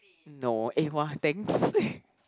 no eh !wah! thanks